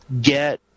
get